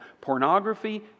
Pornography